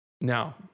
Now